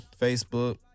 Facebook